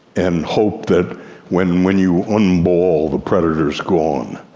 and hope that when when you un-ball the predator's gone.